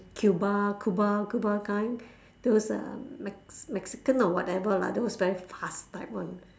cuba cuba cuba kind those um mex~ mexican or whatever lah those very fast type one